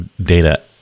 data